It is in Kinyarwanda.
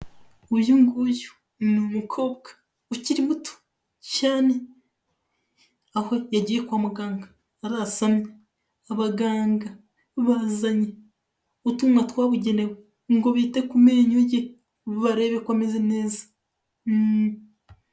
Uyu nguyu ni umukobwa ukiri muto cyane, aho yagiye kwa muganga arasamye, abaganga bazanye utumwa twabugenewe ngo bite ku menyo barebe ko ameze neza.